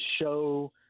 show